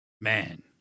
man